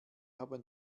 haben